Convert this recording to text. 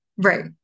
Right